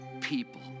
people